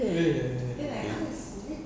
eh eh eh